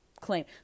claim